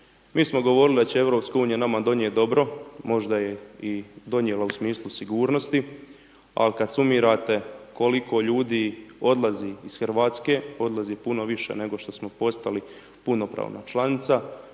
Mi smo govorili da će EU nama donijeti dobro, možda je i donijela u smislu sigurnosti ali kad sumirate koliko ljudi odlazi iz Hrvatske, odlazi puno više nego što smo postali punopravna članica,